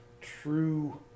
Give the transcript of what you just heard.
true